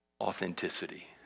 Authenticity